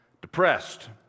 depressed